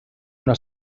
una